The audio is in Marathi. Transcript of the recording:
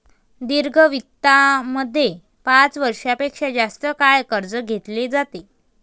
दीर्घ वित्तामध्ये पाच वर्षां पेक्षा जास्त काळ कर्ज घेतले जाते